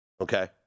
Okay